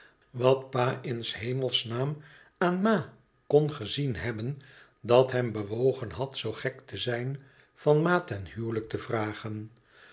wat pa in s hemels naam aan ma kon gezien hebben dat hem bewogen had zoo gek te zijn van ma ten huwelijk te vragen